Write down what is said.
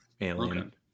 alien